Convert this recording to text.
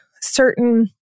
certain